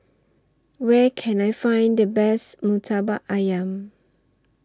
Where Can I Find The Best Murtabak Ayam